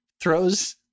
throws